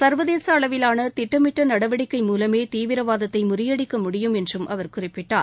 சர்வதேச அளவிலான திட்டமிட்ட நடவடிக்கை மூலமே தீவிரவாதத்தை முறியடிக்க முடியும் என்றும் அவர் குறிப்பிட்டார்